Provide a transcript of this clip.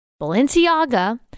Balenciaga